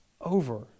over